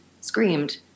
screamed